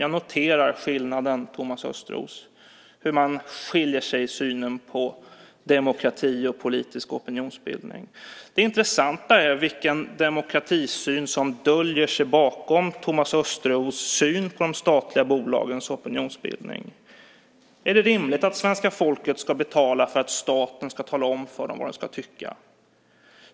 Jag noterar skillnaden, Thomas Östros - hur man skiljer sig i synen på demokrati och politisk opinionsbildning. Det intressanta är vilken demokratisyn det är som döljer sig bakom Thomas Östros syn på de statliga bolagens opinionsbildning. Är det rimligt att svenska folket ska betala för att staten ska tala om för dem vad de ska tycka?